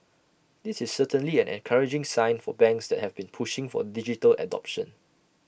this is certainly an encouraging sign for banks that have been pushing for digital adoption